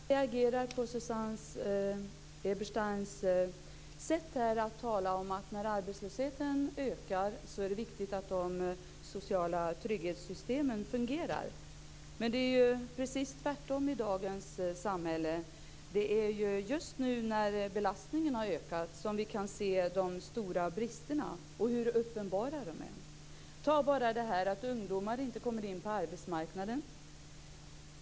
Herr talman! Jag reagerar på Susanne Ebersteins sätt att tala om att när arbetslösheten ökar är det viktigt att de sociala trygghetssystemen fungerar. Men det är ju precis tvärtom i dagens samhälle. Det är just nu, när belastningen har ökat, som vi kan se de stora bristerna och hur uppenbara de är. Ta bara det här att ungdomar inte kommer in på arbetsmarknaden.